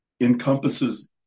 encompasses